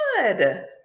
Good